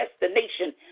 destination